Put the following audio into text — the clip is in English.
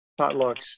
potlucks